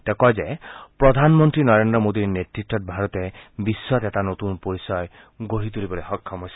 তেওঁ কয় যে প্ৰধানমন্ত্ৰী নৰেন্দ্ৰ মোডীৰ নেতৃত্বত ভাৰতে বিশ্বত এটা নতুন পৰিচয় গঢ়ি তুলিবলৈ সক্ষম হৈছে